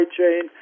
chain